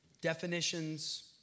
definitions